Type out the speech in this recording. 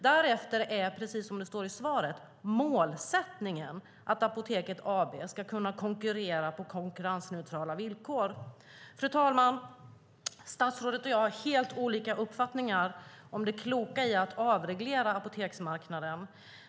Därefter är, som det står i svaret, målsättningen att Apoteket AB ska kunna konkurrera på konkurrensneutrala villkor. Fru talman! Statsrådet och jag har helt olika uppfattningar om det kloka i att avreglera apoteksmarknaden.